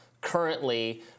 currently